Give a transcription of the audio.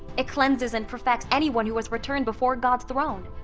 it cleanses and perfects anyone who has returned before god's throne,